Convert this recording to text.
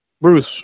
Bruce